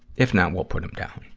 if not, we'll put him down.